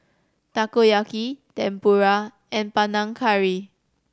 Takoyaki Tempura and Panang Curry